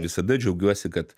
visada džiaugiuosi kad